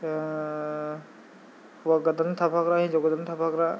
हौवा गोदानजों थाफाग्रा हिनजाव गोदानजों थाफाग्रा